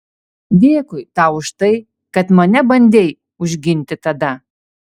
dėkui tau už tai kad mane bandei užginti tada